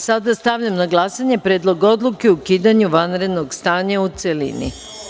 Stavljam na glasanje Predlog odluke o ukidanju vanrednog stanja, u celini.